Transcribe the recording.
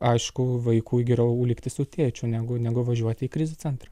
aišku vaikui geriau likti su tėčiu negu negu važiuoti į krizių centrą